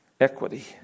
equity